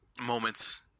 moments